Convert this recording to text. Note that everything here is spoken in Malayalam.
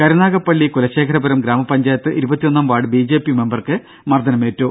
കരുനാഗപ്പള്ളി കുലശേഖരപുരം ഗ്രാമ പഞ്ചായത്ത് ഇരുപത്തിയൊന്നാം വാർഡ് ബിജെപി മെമ്പർക്ക് മർദ്ദനമേറ്റു